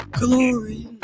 glory